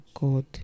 god